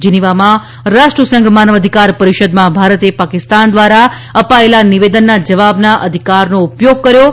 જિનીવામાં રાષ્ટ્ર સંઘ માનવ અધિકાર પરિષદમાં ભારતે પાકિસ્તાન દ્વારા અપાયેલા નિવેદનના જવાબના અધિકારનો ઉપયોગ કર્યો હતો